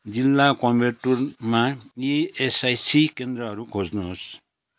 जिल्ला कोइम्बटुरमा इएसआइसि केन्द्रहरू खोज्नुहोस्